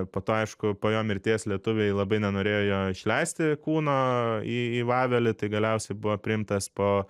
po to aišku po jo mirties lietuviai labai nenorėjo jo išleisti kūno į į vavelį tai galiausiai buvo priimtas po